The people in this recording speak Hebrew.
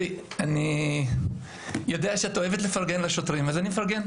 אני יודע שאת אוהבת לפרגן לשוטרים, אז אני מפרגן.